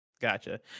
Gotcha